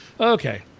Okay